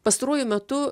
pastaruoju metu